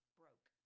broke